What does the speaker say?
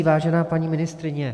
Vážená paní ministryně.